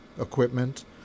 equipment